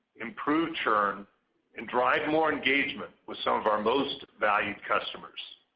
improve churn and drive more engagement with some of our most valued customers.